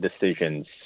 decisions